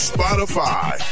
Spotify